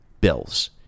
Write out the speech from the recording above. bills